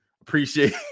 appreciate